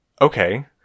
okay